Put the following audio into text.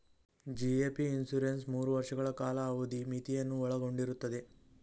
GAP insurance ಮೂರು ವರ್ಷಗಳ ಕಾಲಾವಧಿ ಮಿತಿಯನ್ನು ಒಳಗೊಂಡಿರುತ್ತದೆ